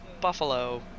buffalo